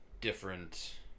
different